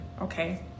okay